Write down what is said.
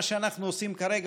מה שאנחנו עושים כרגע,